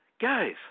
guys